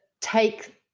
take